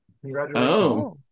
Congratulations